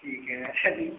ठीक है अच्छा जी